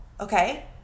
Okay